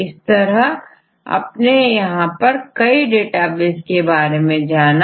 इस तरह आपने यहां पर कई डेटाबेस के बारे में जाना